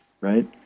right